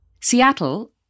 Seattle